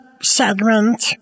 segment